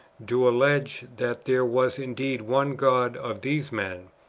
do allege that there was indeed one god of these men,